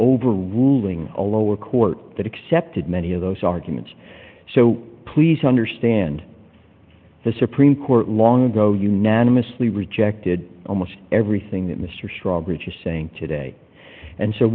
overruling a lower court that accepted many of those arguments so please understand the supreme court long ago unanimously rejected almost everything that mr straw bridge is saying today and so